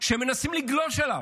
שמנסים לגלוש עליו,